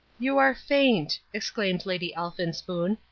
you are faint, exclaimed lady elphinspoon,